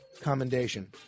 commendation